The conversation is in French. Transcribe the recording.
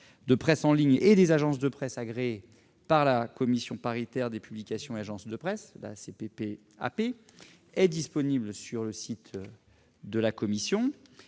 de presse en ligne et des agences de presse agréées par la Commission paritaire des publications et agences de presse, la CPPAP, est disponible sur le site de celle-ci.